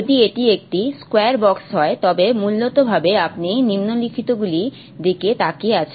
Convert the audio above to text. যদি এটি একটি স্কয়ার বক্স হয় তবে মূলত ভাবে আপনি নিম্নলিখিতগুলির দিকে তাকিয়ে আছেন